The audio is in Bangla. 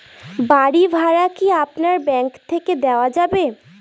বাড়ী ভাড়া কি আপনার ব্যাঙ্ক থেকে দেওয়া যাবে?